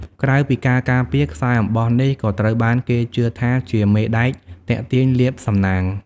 ក្រៅពីការការពារ ខ្សែអំបោះនេះក៏ត្រូវបានគេជឿថាជា មេដែកទាក់ទាញលាភសំណាង។